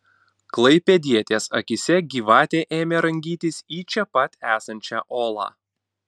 klaipėdietės akyse gyvatė ėmė rangytis į čia pat esančią olą